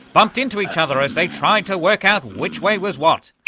bumped into each other as they tried to work out which way was what.